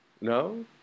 No